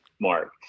mark